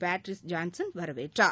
Patrice Johnson வரவேற்றார்